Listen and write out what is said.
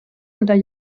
unter